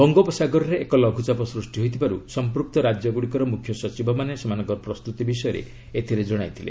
ବଙ୍ଗୋପସାଗରରେ ଏକ ଲଘୁଚାପ ସୂଷ୍ଟି ହୋଇଥିବାରୁ ସମ୍ପୃକ୍ତ ରାକ୍ୟଗୁଡ଼ିକର ମୁଖ୍ୟ ସଚିବମାନେ ସେମାନଙ୍କର ପ୍ରସ୍ତୁତି ବିଷୟରେ ଏଥିରେ ଜଣାଇଥିଲେ